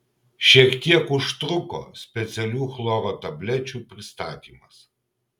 šiek tiek užtruko specialių chloro tablečių pristatymas